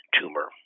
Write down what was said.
tumor